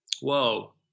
Whoa